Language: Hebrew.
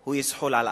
הוא יזחל על ארבע.